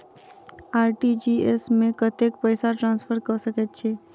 RTGS मे कतेक पैसा ट्रान्सफर कऽ सकैत छी?